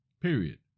period